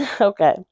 Okay